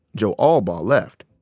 joe albaugh left,